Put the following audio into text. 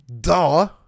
Duh